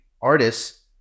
artists